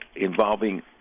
involving